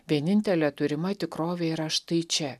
vienintelė turima tikrovė yra štai čia